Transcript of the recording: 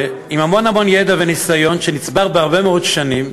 עם המון המון ידע וניסיון שנצבר בהרבה מאוד שנים,